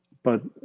but